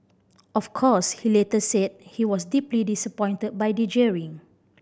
of course he later said he was deeply disappointed by the jeering